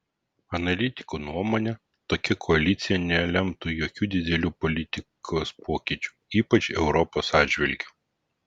analitikų nuomone tokia koalicija nelemtų jokių didelių politikos pokyčių ypač europos atžvilgiu